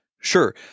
Sure